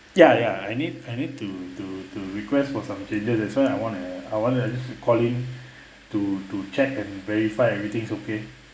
ya ya I need I need to to to request for some changes that's why I want to I want to call in to to check and verify everything's okay